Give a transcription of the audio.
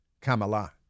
Kamala